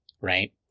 right